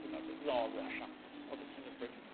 not the czar of russia or the king of britain.